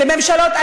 לממשלות,